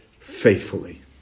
faithfully